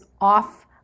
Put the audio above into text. off